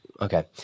Okay